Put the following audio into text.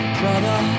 brother